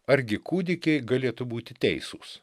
argi kūdikiai galėtų būti teisūs